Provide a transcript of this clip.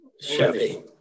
chevy